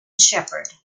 sheppard